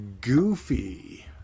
goofy